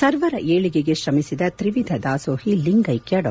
ಸರ್ವರ ಏಳಿಗೆಗೆ ಶ್ರಮಿಸಿದ ತ್ರಿವಿಧ ದಾಸೋಹಿ ಲಿಂಗೈಕ್ಯ ಡಾ